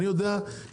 אני יודע שלעירייה,